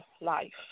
life